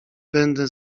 będę